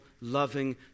loving